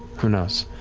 who knows?